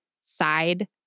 side